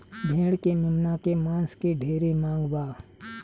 भेड़ के मेमना के मांस के ढेरे मांग बा